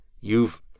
You've